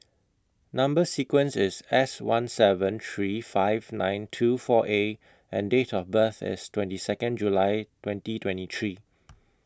Number sequence IS S one seven three five nine two four A and Date of birth IS twenty Second July twenty twenty three